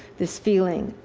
this feeling?